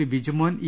P Bijumon E